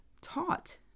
taught